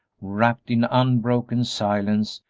wrapped in unbroken silence,